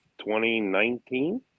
2019